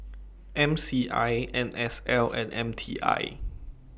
M C I N S L and M T I